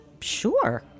sure